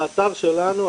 האתר שלנו,